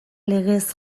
legez